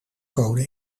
code